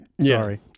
Sorry